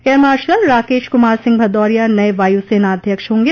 air marshal Rakesh Kumar Singh Bhadauria नये वायुसेना अध्यक्ष होंगे